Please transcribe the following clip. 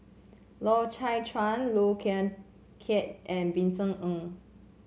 Loy Chye Chuan Low Khiang Khia and Vincent Ng